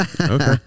Okay